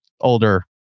Older